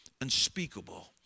unspeakable